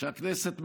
כשהכנסת מכהנת,